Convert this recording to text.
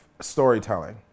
storytelling